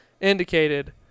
Indicated